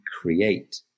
create